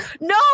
No